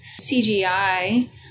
CGI